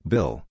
Bill